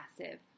massive